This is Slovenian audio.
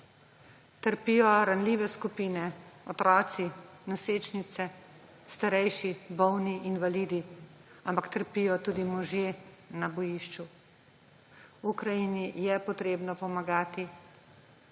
Trpijo ranljive skupine, otroci, nosečnice, starejši, bolni, invalidi, ampak trpijo tudi možje na bojišču. Ukrajini je potrebno pomagati.